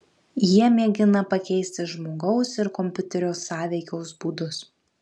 jie mėgina pakeisti žmogaus ir kompiuterio sąveikos būdus